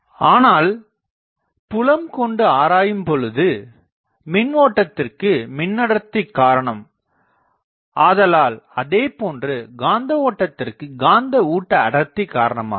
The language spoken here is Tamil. ஆனால் புலம் கொண்டு ஆராயும்பொழுது மின் ஓட்டத்திற்கு மின்னூட்டஅடர்த்தி காரணம் ஆதலால் அதேபோன்று காந்த ஓட்டத்திற்கு காந்தஊட்ட அடர்த்தி காரணமாகும்